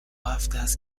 هفتست